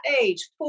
age